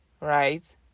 Right